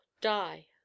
die